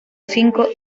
cinco